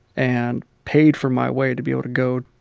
and paid for my way to be able to go,